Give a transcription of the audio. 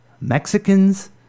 Mexicans